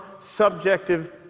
subjective